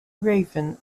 raven